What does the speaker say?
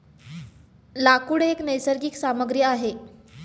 लाकूड एक नैसर्गिक सामग्री आहे